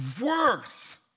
worth